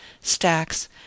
stacks